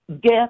get